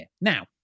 Now